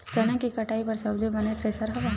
चना के कटाई बर सबले बने थ्रेसर हवय?